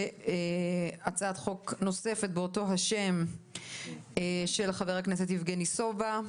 והצעת חוק נוספת באותו שם של חבר הכנסת יבגני סובה,